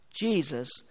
Jesus